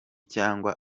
cyangwa